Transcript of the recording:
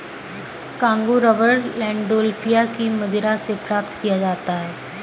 Congo rubber Landolphia की मदिरा से प्राप्त किया जाता है